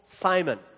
Simon